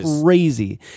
crazy